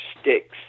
sticks